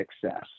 success